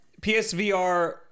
psvr